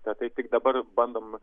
tatai tik dabar bandom